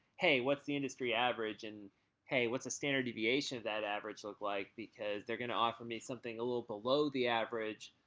hey, what's the industry average, and hey, what's a standard deviation of that average look like because they're going to offer me something a little below that average.